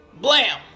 Blam